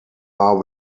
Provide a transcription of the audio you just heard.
are